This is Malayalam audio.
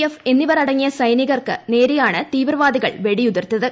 എഫ് എന്നിവർ അട്ടങ്ങിയ സൈനികർക്ക് നേരെയാണ് തീവ്രവാദികൾ ്വെടിയുതിർത്തത്